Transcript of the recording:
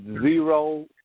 zero